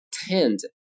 tend